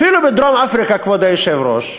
אפילו בדרום-אפריקה, כבוד היושב-ראש,